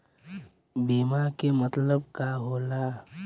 बीमा के मतलब का होला?